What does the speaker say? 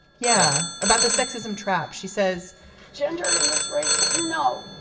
yeah, about the sexism trap she says gender in this race. you know,